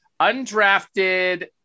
undrafted